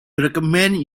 recommend